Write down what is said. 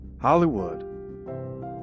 Hollywood